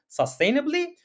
sustainably